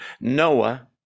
Noah